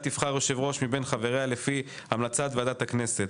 תבחר יושב-ראש מבין חבריה לפי המלצת ועדת הכנסת.